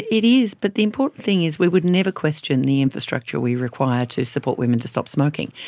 it is, but the important thing is we would never question the infrastructure we require to support women to stop smoking,